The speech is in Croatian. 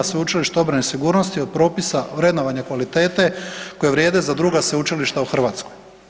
Sveučilište obrane i sigurnosti od propisa vrednovanja kvalitete koja vrijede za druga sveučilišta u Hrvatskoj.